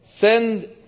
Send